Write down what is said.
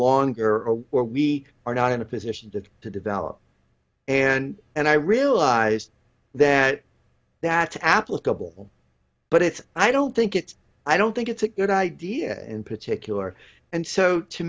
longer or or we are not in a position to to develop and and i realized that that applicable but it's i don't think it's i don't think it's a good idea in particular and so to